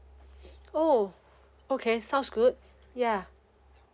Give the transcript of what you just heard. oh okay sounds good yeah